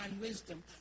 wisdom